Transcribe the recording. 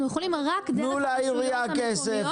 אנחנו יכולים רק דרך הרשויות המקומיות.